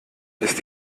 ist